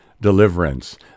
deliverance